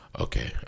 Okay